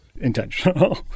intentional